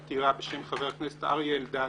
עתירה בשם חבר הכנסת אריה אלדד